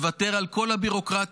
לוותר על כל הביורוקרטיה,